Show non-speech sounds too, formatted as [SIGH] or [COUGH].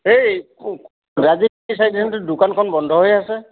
এই [UNINTELLIGIBLE] দোকানখন বন্ধ হৈ আছে